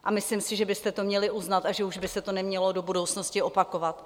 A myslím si, že byste to měli uznat a že už by se to nemělo do budoucnosti opakovat.